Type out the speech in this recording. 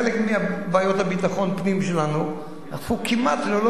חלק מבעיות ביטחון הפנים שלנו הפכו כמעט ללא